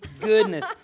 goodness